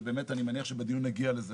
ואני מניח שבדיון נגיע לזה,